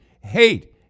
hate